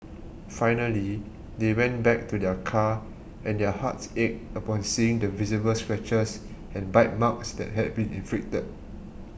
finally they went back to their car and their hearts ached upon seeing the visible scratches and bite marks that had been inflicted